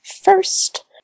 first